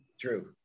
True